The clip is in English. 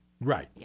Right